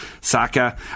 Saka